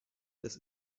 das